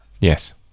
Yes